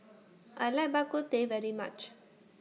I like Bak Kut Teh very much